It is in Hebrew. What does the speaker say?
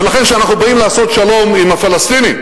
ולכן כשאנחנו באים לעשות שלום עם הפלסטינים,